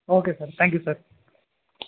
okay sir thank you sir